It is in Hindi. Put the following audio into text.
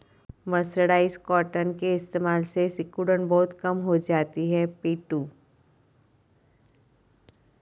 मर्सराइज्ड कॉटन के इस्तेमाल से सिकुड़न बहुत कम हो जाती है पिंटू